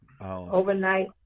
Overnight